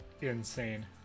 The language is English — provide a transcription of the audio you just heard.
insane